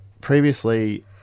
previously